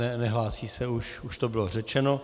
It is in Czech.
Ne, nehlásí se, už to bylo řečeno.